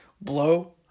Blow